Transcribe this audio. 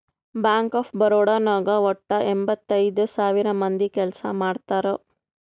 bank of Baroda ನಾಗ್ ವಟ್ಟ ಎಂಭತ್ತೈದ್ ಸಾವಿರ ಮಂದಿ ಕೆಲ್ಸಾ ಮಾಡ್ತಾರ್